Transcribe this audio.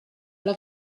alla